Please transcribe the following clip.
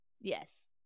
Yes